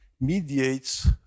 mediates